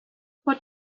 what